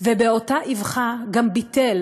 ובאותה אבחה אותו חוק גם ביטל,